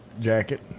jacket